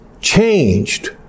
changed